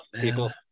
people